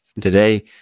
Today